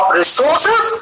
resources